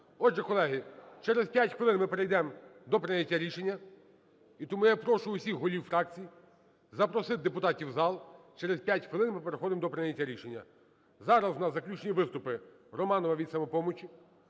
Отже, колеги, через 5 хвилин ми перейдемо до прийняття рішення. І тому я прошу всіх голів фракцій запросити депутатів у зал. Через 5 хвилин ми переходимо до прийняття рішення. Зараз у нас заключні виступи: Романова від "Самопомочі",